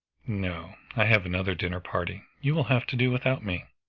no. i have another dinner-party. you will have to do without me.